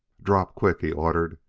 drop quick! he ordered.